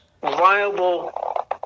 viable